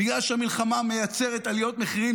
בגלל שהמלחמה מייצרת עליות מחירים,